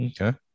Okay